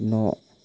न'